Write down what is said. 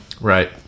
Right